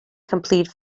complete